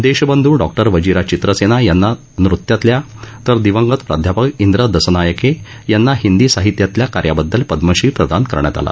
देशबंधू डॉक्ट्रि वजीरा चित्रसेना यांना नृत्यातल्या तर दिवंगत प्राध्यापक वे दसनायके यांना हिंदी साहित्यातल्या कार्याबद्दल पद्मश्री प्रदान करण्यात आला